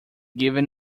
given